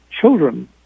children